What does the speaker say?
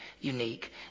unique